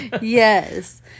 Yes